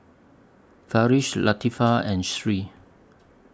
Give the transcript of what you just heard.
Farish Latifa and Sri